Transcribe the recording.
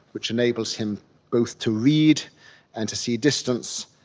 which enables him both to read and to see distance,